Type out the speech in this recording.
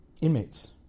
inmates